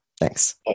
Thanks